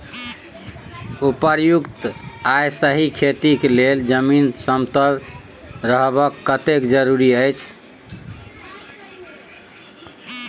उपयुक्त आ सही खेती के लेल जमीन समतल रहब कतेक जरूरी अछि?